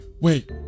wait